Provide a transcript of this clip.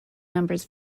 numbers